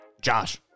Josh